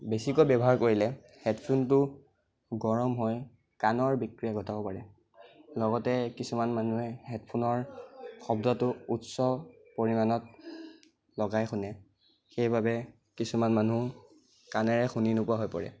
বেছিকৈ ব্য়ৱহাৰ কৰিলে হেডফোনটো গৰম হয় কাণৰ বিক্ৰিয়া ঘটাব পাৰে লগতে কিছুমান মানুহে হেডফোনৰ শব্দটো উচ্চ পৰিমাণত লগাই শুনে সেইবাবে কিছুমান মানুহে কাণেৰে শুনি নোপোৱা হৈ পৰে